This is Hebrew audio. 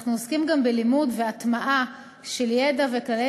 אנחנו עוסקים גם בלימוד והטמעה של ידע וכללי